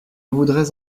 voudrais